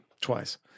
twice